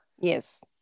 Yes